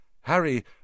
Harry—